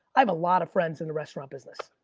i have a lot of friends in the restaurant business.